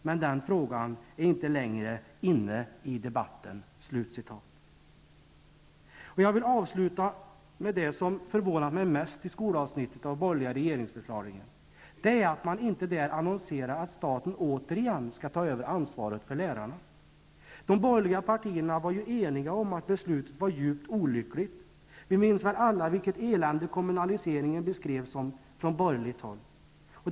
Men den frågan är inte längre 'inne' Jag vill avsluta med det som förvånat mig mest i skolavsnittet av den borgerliga regeringsförklaringen. Det är att man inte där annonserar att staten återigen skall ta över ansvaret för lärarna. De borgerliga partierna var ju eniga om att beslutet var djupt olyckligt. Vi minns väl alla vilket elände kommunaliseringen beskrevs som från borgerligt håll.